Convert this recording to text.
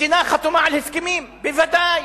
מדינה חתומה על הסכמים, בוודאי.